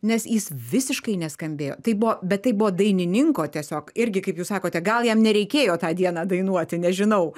nes jis visiškai neskambėjo tai buvo bet tai buvo dainininko tiesiog irgi kaip jūs sakote gal jam nereikėjo tą dieną dainuoti nežinau